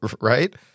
Right